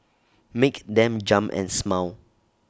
make them jump and smile